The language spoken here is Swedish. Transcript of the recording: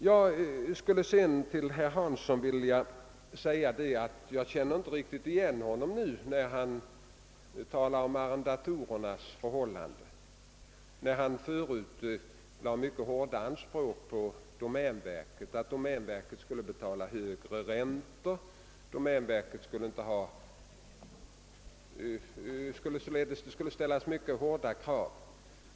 Jag skulle sedan till herr Hansson i Skegrie vilja säga att jag inte riktigt känner igen honom när han nu talar om arrendatorernas förhållanden, eftersom han förut hade mycket höga anspråk på domänverket och ville att domänverket skulle betala högre räntor etc.